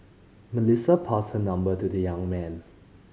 Melissa passed her number to the young man